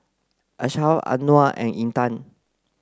Ashraff Anuar and Intan